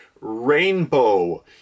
rainbow